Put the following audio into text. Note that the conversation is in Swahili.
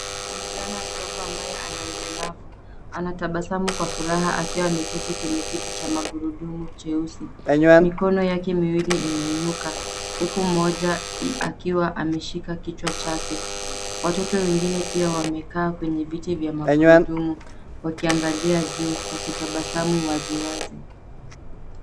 Mvulana mdogo ambaye ana ulemavu anatabasamu kwa furaha akiwa ameketi kwenye kiti cha magurudumu cheusi. Mikono yake miwili imeinuka huku mmoja akiwa ameshika kichwa chake. Watoto wengine pia wekaa kwenye viti vya magurudumu wakiangalia juu, wakitabasamu wazi wazi.